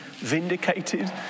vindicated